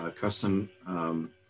custom